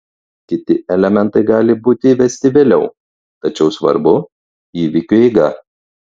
kiti elementai gali būti įvesti vėliau tačiau svarbu įvykių eiga